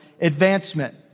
advancement